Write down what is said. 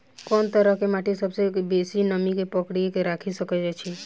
कोन तरहक माटि सबसँ बेसी नमी केँ पकड़ि केँ राखि सकैत अछि?